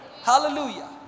Hallelujah